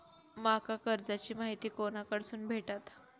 माका कर्जाची माहिती कोणाकडसून भेटात?